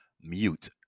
mute